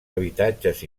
habitatges